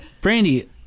brandy